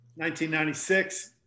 1996